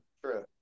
True